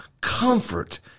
comfort